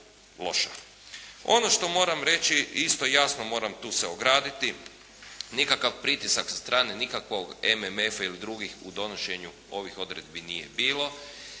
Ono što moram reći, isto jasno moram tu se ograditi. Nikakav pritisak sa strane, nikakvog MMF-a ili drugih u donošenju ovih odredbi nije bilo.